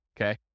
Okay